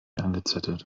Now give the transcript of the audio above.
angezettelt